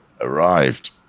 arrived